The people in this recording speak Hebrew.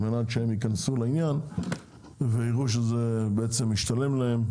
על מנת שהם ייכנסו לעניין ויראו שזה בעצם משתלם להם,